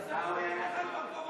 עיסאווי, בבקשה.